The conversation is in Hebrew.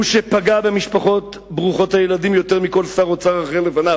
הוא שפגע במשפחות ברוכות הילדים יותר מכל שר אוצר אחר לפניו.